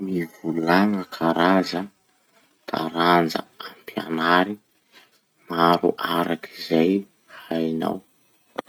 Mivolagna karaza taranja ampianary maro araky zay hainao.